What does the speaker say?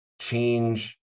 change